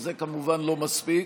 זה כמובן לא מספיק,